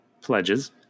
pledges